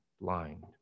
blind